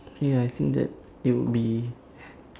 ya I think that it would be